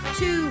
two